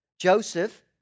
Joseph